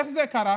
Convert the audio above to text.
איך זה קרה?